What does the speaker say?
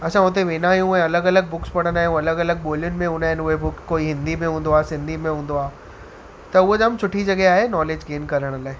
असां हुते वेंदा आहियूं ऐं अलॻि अलॻि बुक्स पढ़ंदा आहियूं अलॻि अलॻि ॿोलियुनि में हूंदा आहिनि उहे बुक कोई हिंदी में हूंदो आहे सिंधी में हूंदो आहे त हूअं जाम सुठी जॻह आहे नॉलेज गेन करण लाइ